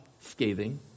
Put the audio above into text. scathing